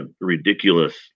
ridiculous